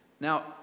Now